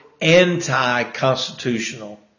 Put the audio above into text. anti-constitutional